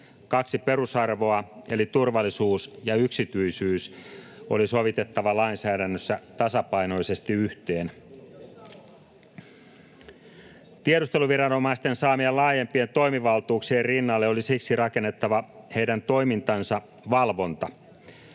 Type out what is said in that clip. Kaksi perusarvoa eli turvallisuus ja yksityisyys oli sovitettava lainsäädännössä tasapainoisesti yhteen. Tiedusteluviranomaisten saamien laajempien toimivaltuuksien rinnalle oli siksi rakennettava heidän toimintansa valvonta.